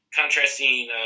contrasting